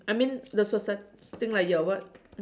I mean the socie~ think like you are what